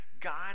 God